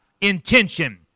intention